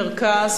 מרכז,